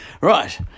right